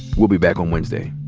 we'll be back on wednesday